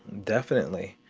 definitely.